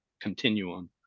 continuum